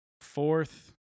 fourth